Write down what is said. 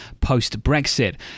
post-Brexit